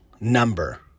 number